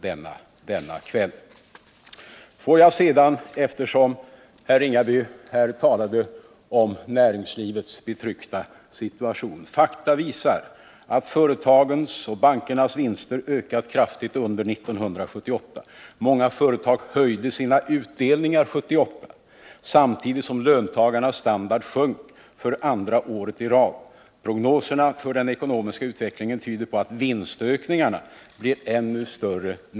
Herr Ringaby talade om näringslivets betryckta situation. Fakta visar att företagens och bankernas vinster ökat kraftigt under 1978. Många företag höjde under 1978 sina utdelningar, samtidigt som löntagarnas standard sjönk för andra året i rad. Prognoserna för den ekonomiska utvecklingen tyder på att vinstökningarna nästa år blir ännu större.